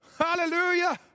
Hallelujah